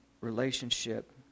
relationship